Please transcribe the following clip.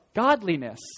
godliness